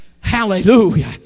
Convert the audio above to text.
Hallelujah